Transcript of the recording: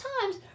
times